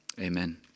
amen